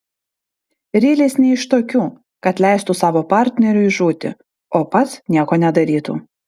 rylis ne iš tokių kad leistų savo partneriui žūti o pats nieko nedarytų